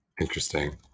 Interesting